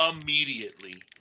immediately